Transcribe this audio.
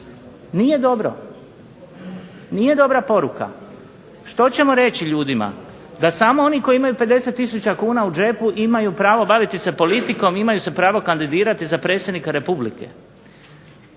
Nije dobro, nije dobra poruka. Što ćemo reći ljudima? Da samo oni koji imaju 50 tisuća kuna u džepu imaju pravo baviti se politikom, imaju se pravo kandidirati za predsjednika Republike.